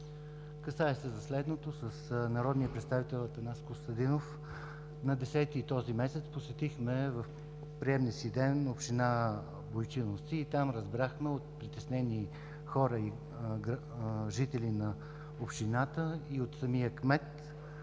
Касае се за следното. С народния представител Атанас Костадинов на 10 юли 2017 г. посетихме в приемния си ден община Бойчиновци. Там разбрахме от притеснени хора, от жители на общината и от самия кмет